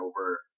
over